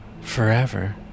forever